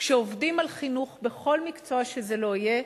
שכשעובדים על חינוך, בכל מקצוע שזה לא יהיה,